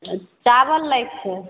चावल लैके छै